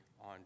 on